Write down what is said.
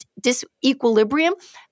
disequilibrium